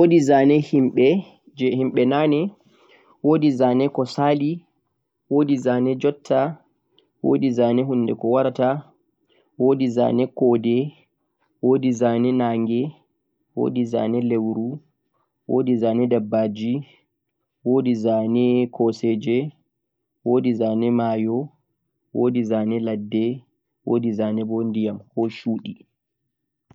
wodi zane himbe naane, wodi zane ko Sali, wodi zane jutta, wodi zane hunde ko warata, wodi zane, kode, wodi zane naage, wodi zane leuru, wodi zane dabbaje, wodi zane koseje, wodi zane mayo, wodi zane ladde, wodi zane ndiyam koh shude.